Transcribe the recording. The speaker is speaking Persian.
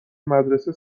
مدرسه